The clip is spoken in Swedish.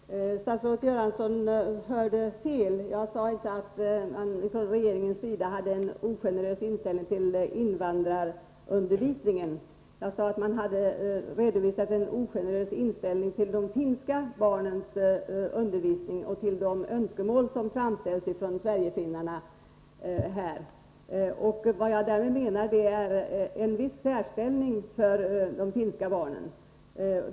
Herr talman! Statsrådet Göransson hörde fel. Jag sade inte att man från regeringens sida hade en ogenerös inställning till invandrarundervisningen. Jag sade att man hade redovisat en ogenerös inställning till de finska barnens undervisning och till de önskemål som framställts från Sverigefinnarna. Vad jag därmed menar är att det rör sig om en viss särställning för de finska barnen.